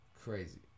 crazy